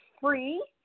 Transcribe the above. free